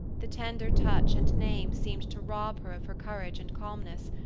the tender touch and name seemed to rob her of her courage and calmness,